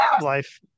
life